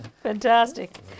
fantastic